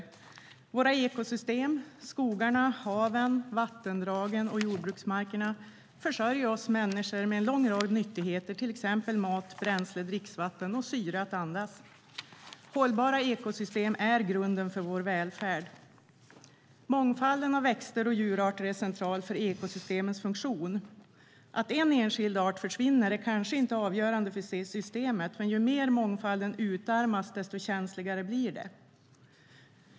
Våra ekosystem, skogarna, haven, vattendragen och jordbruksmarkerna försörjer oss människor med en lång rad nyttigheter, till exempel mat, bränsle, dricksvatten och syre att andas. Hållbara ekosystem är grunden för vår välfärd. Mångfalden av växter och djurarter är central för ekosystemens funktion. Att en enskild art försvinner är kanske inte avgörande för systemet, men ju mer mångfalden utarmas desto känsligare blir det.